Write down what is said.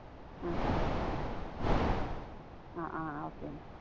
ആ ആ ആ ഓക്കെ